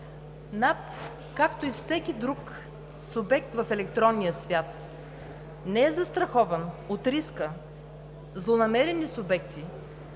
НАП, както и всеки друг субект в електронния свят, не е застрахован от риска злонамерени субекти